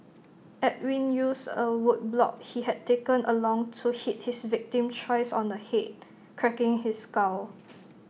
Edwin used A wood block he had taken along to hit his victim thrice on the Head cracking his skull